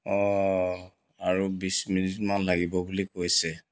অঁ আৰু বিছ মিনিটমান লাগিব বুলি কৈছে